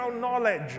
knowledge